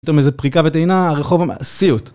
פתאום איזו פריקה וטעינה על רחוב... סיוט